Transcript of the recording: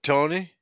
Tony